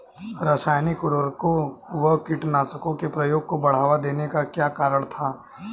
रासायनिक उर्वरकों व कीटनाशकों के प्रयोग को बढ़ावा देने का क्या कारण था?